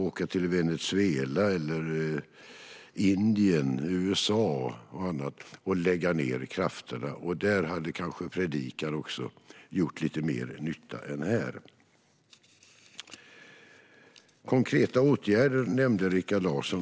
Jag säger "global" eftersom vi talar om global uppvärmning, inte svensk. Här har vi inte märkt så mycket av den. Rikard Larsson nämnde även konkreta åtgärder. Visst, det är skatter.